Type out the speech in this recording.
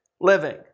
living